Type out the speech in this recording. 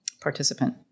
participant